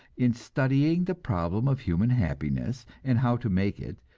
in studying the problem of human happiness and how to make it,